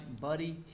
Buddy